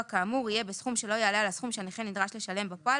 כאמור יהיה בסכום שלא יעלה על הסכום שהנכה נדרש בפועל,